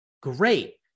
Great